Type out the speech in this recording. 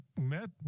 met